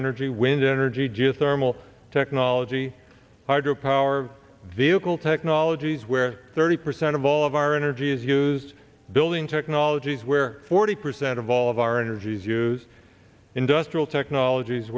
energy wind energy geothermal technology hydropower vehicle technologies where thirty percent of all of our energy is used building technologies where forty percent of all of our energies use industrial technologies